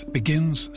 begins